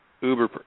uber